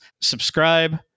subscribe